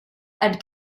and